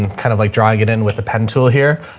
kind of like drag it in with the pen tool here,